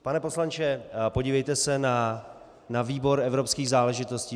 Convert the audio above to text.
Pane poslanče, podívejte se na výbor evropských záležitostí.